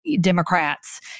Democrats